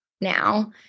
now